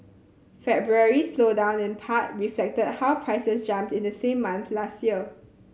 February's slowdown in part reflected how prices jumped in the same month last year